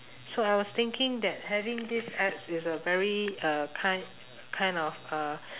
so I was thinking that having these apps is a very uh kind kind of uh